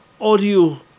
audio